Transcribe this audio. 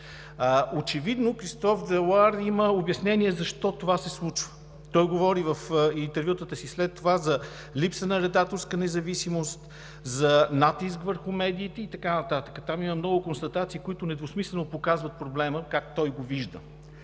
Очевидно Кристоф Делоар има обяснение защо това се случва. Той говори в интервютата си след това за липса на редакторска независимост, за натиск върху медиите и така нататък. Там има много констатации, които недвусмислено показват проблема как той го вижда.